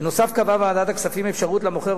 בנוסף קבעה ועדת הכספים אפשרות למוכר